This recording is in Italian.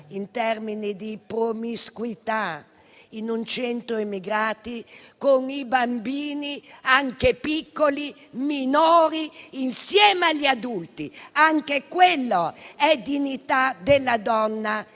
in termini di promiscuità in un centro immigrati, con minori e bambini, anche piccoli, insieme agli adulti. Anche quella è dignità della donna